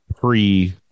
Pre